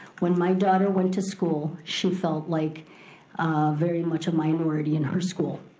when my daughter went to school, she felt like very much a minority in her school,